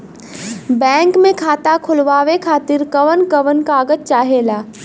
Bank मे खाता खोलवावे खातिर कवन कवन कागज चाहेला?